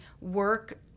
work